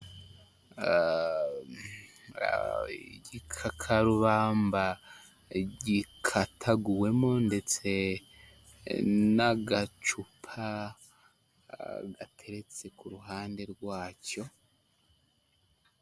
Igikakarubamba gikataguwemo ndetse n'agacupa gateretse ku ruhande rwacyo.